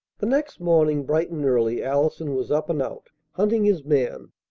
the next morning bright and early allison was up and out, hunting his man,